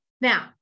Now